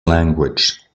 language